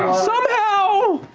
somehow,